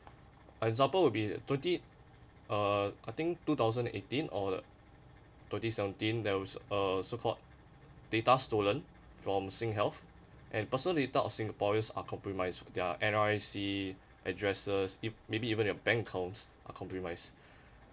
example will be twenty uh I think two thousand eighteen or twenty seventeen there was uh so called data stolen from singhealth and personal data of singaporeans are compromised their N_R_I_C addresses if maybe even your bank accounts are compromised